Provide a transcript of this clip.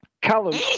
callum